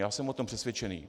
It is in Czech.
Já jsem o tom přesvědčený.